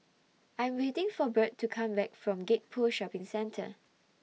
I Am waiting For Bird to Come Back from Gek Poh Shopping Centre